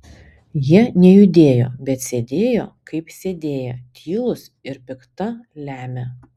jie nejudėjo bet sėdėjo kaip sėdėję tylūs ir pikta lemią